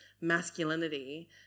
masculinity